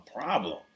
problem